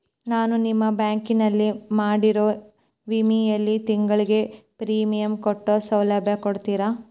ನಾನು ನಿಮ್ಮ ಬ್ಯಾಂಕಿನಲ್ಲಿ ಮಾಡಿರೋ ವಿಮೆಯಲ್ಲಿ ತಿಂಗಳ ಪ್ರೇಮಿಯಂ ಕಟ್ಟೋ ಸೌಲಭ್ಯ ಕೊಡ್ತೇರಾ?